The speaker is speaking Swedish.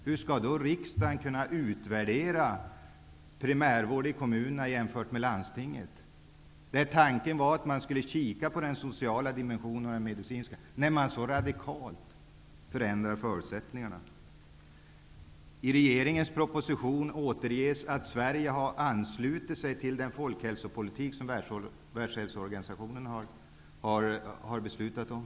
Hur skall då riksdagen kunna utvärdera primärvården i kommunerna jämfört med primärvården i landstingen -- tanken var att man skulle titta på den sociala dimensionen och den medicinska -- när man så radikalt förändrar förutsättningarna? I regeringens proposition står att läsa att Sve rige har anslutit sig till den folkhälsopolitik som Världshälsoorganisationen har beslutat om.